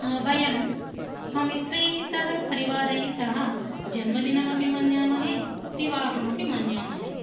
वयं स्वमित्रैः सह परिवारैः सह जन्मदिनमपि मन्यामहे विवाहमपि मन्यामहे